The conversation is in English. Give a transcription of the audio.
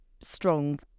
strong